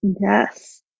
Yes